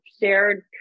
shared